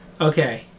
Okay